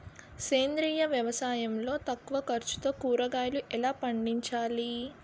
సేంద్రీయ వ్యవసాయం లో తక్కువ ఖర్చుతో కూరగాయలు ఎలా పండించాలి?